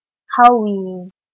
how we